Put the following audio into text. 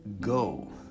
go